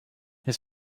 his